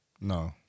No